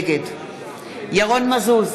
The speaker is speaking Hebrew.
נגד ירון מזוז,